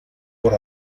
por